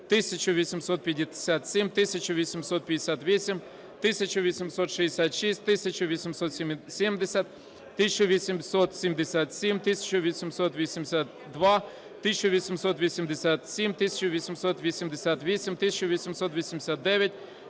1857, 1858, 1866, 1870, 1877, 1882, 1887, 1888, 1889,